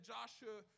Joshua